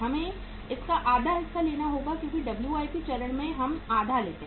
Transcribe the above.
हमें इसका आधा हिस्सा लेना होगा क्योंकि डब्ल्यूआईपीWIP चरण में हम आधा लेते हैं